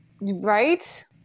Right